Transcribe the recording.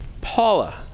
Paula